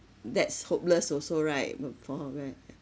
that's hopeless also right but for her bank